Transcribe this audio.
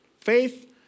Faith